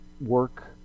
work